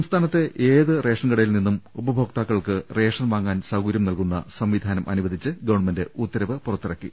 സംസ്ഥാനത്തെ ഏത് റേഷൻ കടയിൽനിന്നും ഉപ ഭോക്താക്കൾക്ക് റേഷൻ വാങ്ങാൻ സൌകര്യം നൽകുന്ന സംവിധാനം അനുവദിച്ച് ഗവൺമെന്റ് ഉത്തരവ് പുറത്തി റങ്ങി